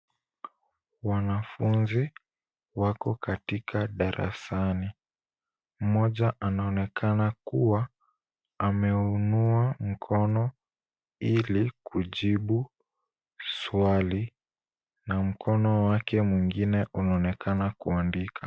Wanafunzi wako katika darasani. Mmoja anaonekana kuwa ameinua mkono ili kujibu swali na mkono wake mwingine unaonekana kuandika.